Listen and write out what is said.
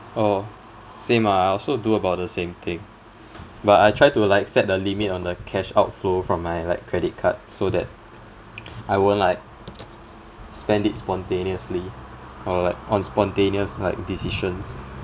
oh same ah I also do about the same thing but I try to like set the limit on the cash outflow from my like credit card so that I won't like spend it spontaneously or like on spontaneous like decisions